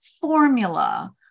formula